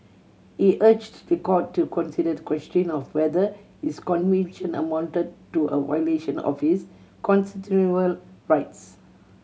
he urged the court to consider the question of whether his conviction amounted to a violation of his constitutional rights